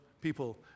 people